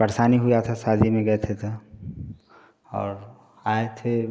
परेशानी हुआ था शादी में गए थे तो और आए थे